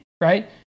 right